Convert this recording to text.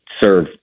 serve